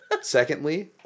secondly